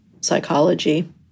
psychology